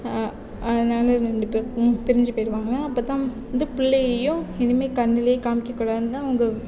அதனால் ரெண்டு பேருக்கும் பிரிஞ்சு போய்விடுவாங்க அப்போதான் வந்து பிள்ளையையும் இனிமேல் கண்ணுலேயே காமிக்க கூடாதுன்னு தான் அவங்க